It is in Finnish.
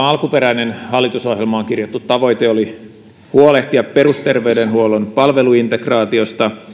alkuperäinen hallitusohjelmaan kirjattu tavoite oli huolehtia perusterveydenhuollon palveluintegraatiosta